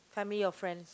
family or friends